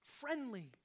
Friendly